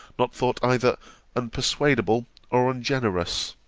not thought either unpersuadable or ungenerous!